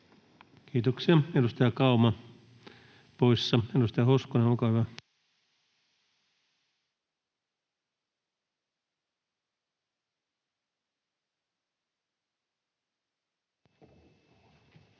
Kiitoksia. — Edustaja Kauma poissa. — Edustaja Hoskonen, olkaa hyvä.